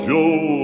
Joe